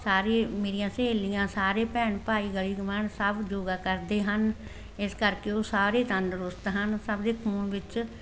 ਸਾਰੇ ਮੇਰੀਆਂ ਸਹੇਲੀਆਂ ਸਾਰੇ ਭੈਣ ਭਾਈ ਗਲੀ ਗਵਾਂਢ ਸਭ ਯੋਗਾ ਕਰਦੇ ਹਨ ਇਸ ਕਰਕੇ ਉਹ ਸਾਰੇ ਤੰਦਰੁਸਤ ਹਨ ਸਭ ਦੇ ਖੂਨ ਵਿੱਚ